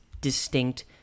distinct